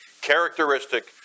characteristic